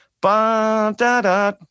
Ba-da-da